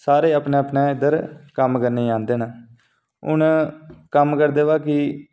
सारे अपनै अपनै इद्धर कम्म करने ई आंदे न हून कम्म करदे बाकी